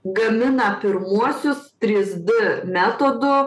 gamina pirmuosius trys d metodu